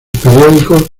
periódicos